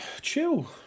Chill